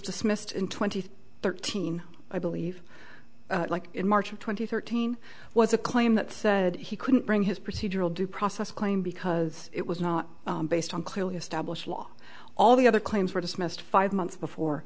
dismissed in twenty thirteen i believe in march of twenty thirteen was a claim that said he couldn't bring his procedural due process claim because it was not based on clearly established law all the other claims were dismissed five months before